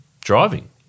driving